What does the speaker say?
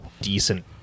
Decent